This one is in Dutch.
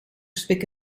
spek